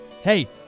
Hey